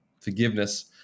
forgiveness